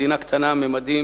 מדינה קטנת ממדים,